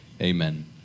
Amen